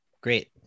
Great